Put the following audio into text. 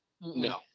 No